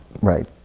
Right